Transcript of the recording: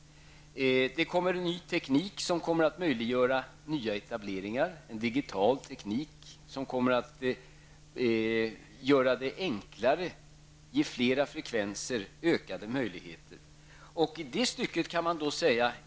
Ny teknik kommer att möjliggöra nya etableringar. Det handlar om en digital teknik, som kommer att göra det hela enklare, ge flera frekvenser ökade möjligheter.